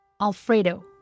Alfredo